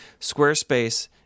Squarespace